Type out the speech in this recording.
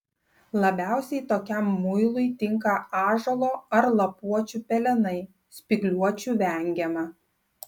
labiausiai tokiam muilui tinka ąžuolo ar lapuočių pelenai spygliuočių vengiama